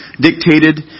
dictated